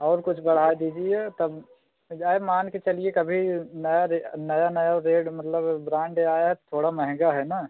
और कुछ बढ़ा दीजिए तब जाहे मान कर चलिए कभी नया नया नया रेट मतलब ब्रांड आया है थोड़ा महंगा है ना